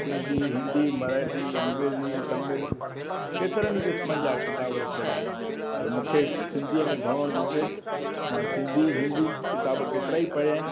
सिंधी हिंदी मराठी अंग्रेज़ी तमिल केतिरनि ई क़िस्मनि जा किताब रखियलु आहिनि पर मूंखे सिंधीअ में घणो इंटरेस्ट मां सिंधी हिंदी किताब केतिरा ई पढ़िया आहिनि